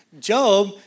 Job